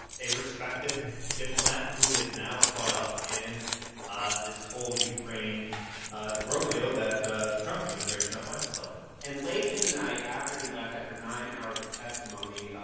a respected diplomat who is now caught up in ah this whole ukraine ah imbroglio that the the trump administration now finds itself in and late in the night after he left, after nine hours of testimony,